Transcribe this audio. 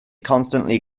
constantly